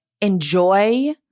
enjoy